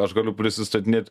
aš galiu prisistatinėt